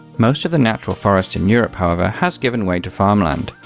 most of the natural forest in europe, however, has given way to farmland,